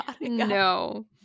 No